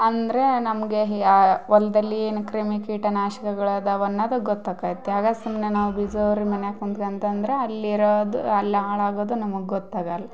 ಅಂದರ ನಮಗೆ ಯಾ ಹೊಲ್ದಲ್ಲಿ ಏನು ಕ್ರಿಮಿ ಕೀಟ ನಾಶಕಗಳ ಅದಾವನ್ನೋದು ಗೊತ್ತಾಕೈತಿ ಆಗ ಸುಮ್ಮನೆ ನಾವು ಬೀಜಾರಿಂದ ಮನ್ಯಾಗೆ ಕುಂತ್ಕಂತಂದರ ಅಲ್ಲಿರೋದು ಅಲ್ಲಿ ಹಾಳಾಗೋದು ನಮಗೆ ಗೊತ್ತಾಗಲ್ಲ